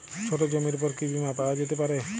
ছোট জমির উপর কি বীমা পাওয়া যেতে পারে?